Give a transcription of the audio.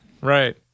Right